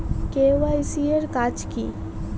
KYC এর কাজ কি?